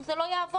זה לא יעבוד.